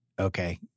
Okay